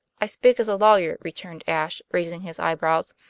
i speak as a lawyer, returned ashe, raising his eyebrows.